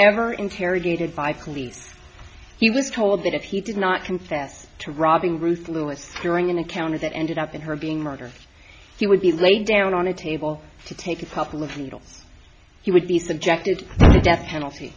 ever interrogated by police he was told that if he did not confess to robbing ruthless during an encounter that ended up in her being murdered he would be laid down on a table to take a couple of needles he would be subjected to the death penalty